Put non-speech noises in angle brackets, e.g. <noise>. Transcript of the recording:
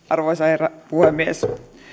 <unintelligible> arvoisa herra puhemies